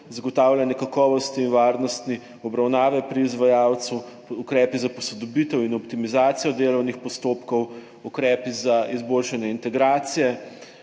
zagotavljanje kakovosti in varnosti obravnave pri izvajalcu, ukrepi za posodobitev in optimizacijo delovnih postopkov, ukrepi za izboljšanje integracije,